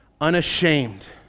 unashamed